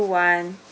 one